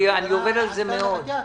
אני עובד על זה הרבה מאוד.